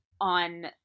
on